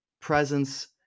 presence